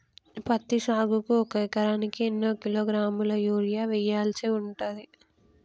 పత్తి సాగుకు ఒక ఎకరానికి ఎన్ని కిలోగ్రాముల యూరియా వెయ్యాల్సి ఉంటది?